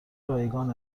رایگان